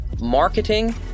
marketing